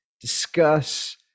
discuss